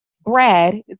Brad